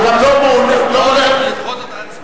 הוא יכול לדחות את ההצבעה,